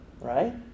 Right